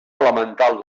elemental